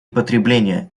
потребления